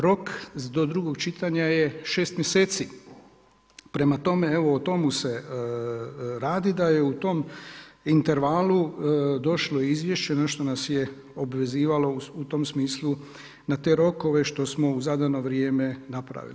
Rok do drugog čitanja je 6 mjeseci, prema tome evo o tome se radi da je u tom intervalu došlo izvješće, nešto nas je obvezivalo u tom smislu na te rokove što smo u zadano vrijeme napravili.